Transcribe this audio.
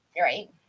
right